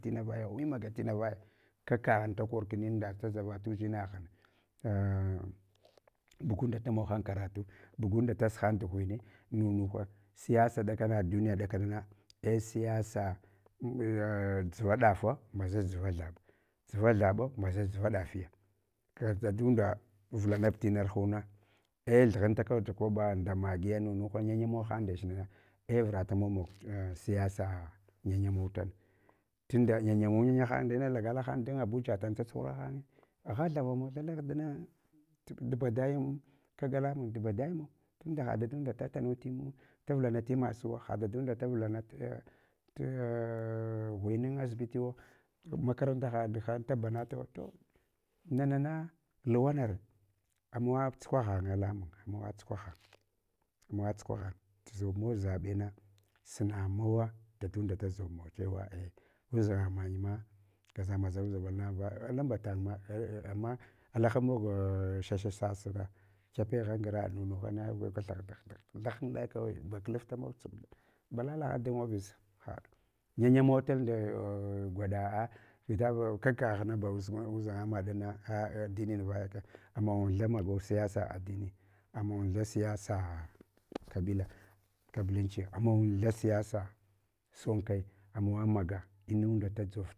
Tma vaya wi maga tina vaya, kakagh da kor ndak nda taʒarata undʒinagha a bugunda tumog hang karatu, hugunda dasheng tu ghuene nunucha, siyasa ɗaɗana, duniya ɗakanana ei siyasa a dʒuva ɗafa mbaʒach dʒuva thab, dʒuva thaɓa mbaʒach dʒuva ɗafiya. Dadunda vulana tnarhuna, ei thughantaka tu kwaɓa nda maggiya nunuhana nyannyama ham nda nech nana, ei vuratamawa mog tsiyaba nya nyamautal, tunda nya nyamu nya nya han andina lagalahan dan abuja, tsatshura hanye, agha thavamathal aghdina, tubadai kag alamun, tubadaimun tunda ha dadunda datanu timu, davalana tima suwa, hadachunda davulana a ghuenan asitiyiwa, makaranta haɗ han tabanatawa. To nanana lau nare, ana wa bukva ghanye alamun amawa tsukwaf ghanye, tu zubmawa zabena, suna mawa dadunda da zoɓmau chewa a udʒanga mang ma. Gaʒa ma zahab zublna va alumbatangma a ama alaha mog shashasasna, kyapegha ngra nunu hana, gwa bathah thah thahan da kawor ba klaftamau tsape, balala dam office ha nyanyamau nda gwaɗa a vita kag kaghna udʒanga maɗana a adinin vayaka, amuntha magu siyasa adini, amontha siyasa kabila, kabillanchi, amontha siyasa son kai, amawa maga inunda dadʒov tina vaya.